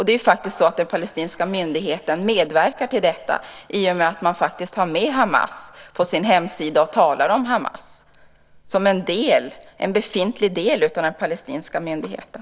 Det är ju faktiskt så att den palestinska myndigheten medverkar till detta i och med att man har med Hamas på sin hemsida och talar om Hamas som en befintlig del av den palestinska myndigheten.